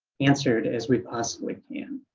answered as we possibly can.